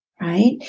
right